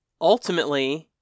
ultimately